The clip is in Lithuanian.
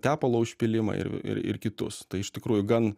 tepalo užpylimą ir ir kitus tai iš tikrųjų gan